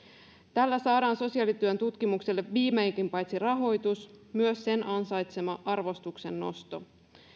tällä saadaan sosiaalityön tutkimukselle viimeinkin paitsi rahoitus myös sen ansaitsema arvostuksen nosto